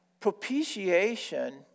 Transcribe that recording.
Propitiation